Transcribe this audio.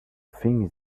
things